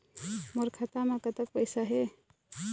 मोर खाता म कतक पैसा हे?